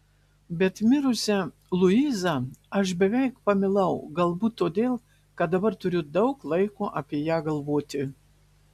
bet mirusią luizą aš beveik pamilau galbūt todėl kad dabar turiu daug laiko apie ją galvoti